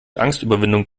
angstüberwindung